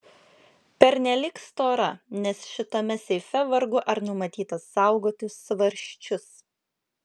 pernelyg stora nes šitame seife vargu ar numatyta saugoti svarsčius